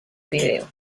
vídeo